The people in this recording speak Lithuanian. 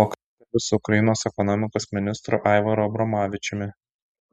pokalbis su ukrainos ekonomikos ministru aivaru abromavičiumi